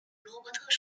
罗伯特